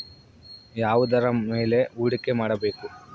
ಯಾವುದರ ಮೇಲೆ ಹೂಡಿಕೆ ಮಾಡಬೇಕು?